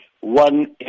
one